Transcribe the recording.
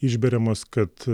išberiamos kad